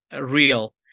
real